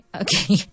okay